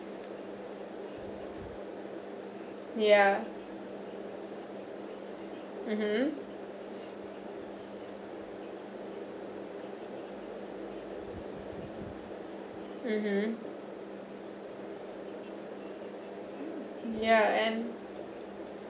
yeah mmhmm mmhmm yeah and